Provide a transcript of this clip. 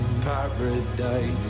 paradise